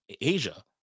Asia